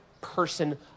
person